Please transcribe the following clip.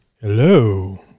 Hello